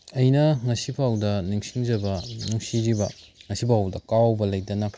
ꯑꯩꯅ ꯉꯁꯤꯐꯥꯎꯗ ꯅꯤꯁꯤꯡꯖꯕ ꯅꯨꯡꯁꯤꯔꯤꯕ ꯉꯁꯤꯐꯥꯎꯕꯗ ꯀꯥꯎꯕ ꯂꯩꯇꯅ